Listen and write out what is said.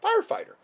firefighter